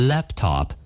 Laptop